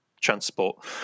transport